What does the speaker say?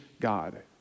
God